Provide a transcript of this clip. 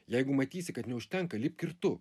jeigu matysi kad neužtenka lipk ir tu